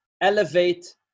elevate